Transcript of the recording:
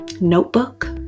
notebook